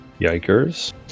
Yikers